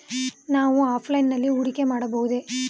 ನಾವು ಆಫ್ಲೈನ್ ನಲ್ಲಿ ಹೂಡಿಕೆ ಮಾಡಬಹುದೇ?